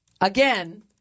again